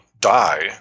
die